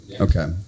Okay